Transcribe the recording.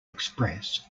express